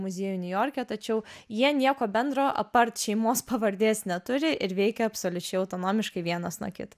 muziejų niujorke tačiau jie nieko bendro apart šeimos pavardės neturi ir veikia absoliučiai autonomiškai vienas nuo kito